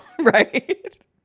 Right